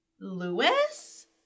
Lewis